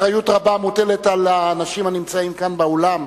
אחריות רבה מוטלת על האנשים הנמצאים כאן באולם.